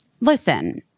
Listen